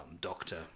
doctor